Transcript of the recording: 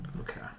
Okay